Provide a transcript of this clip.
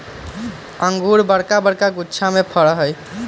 इंगूर बरका बरका घउछामें फ़रै छइ